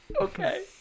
Okay